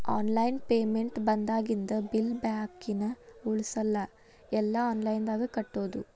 online payment ಬಂದಾಗಿಂದ bill ಬಾಕಿನ ಉಳಸಲ್ಲ ಎಲ್ಲಾ ಆನ್ಲೈನ್ದಾಗ ಕಟ್ಟೋದು